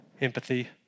Empathy